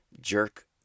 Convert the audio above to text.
jerk